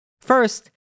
first